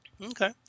Okay